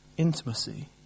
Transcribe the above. intimacy